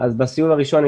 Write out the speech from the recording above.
אז בסיבוב הנוכחי הם